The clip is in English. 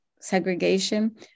segregation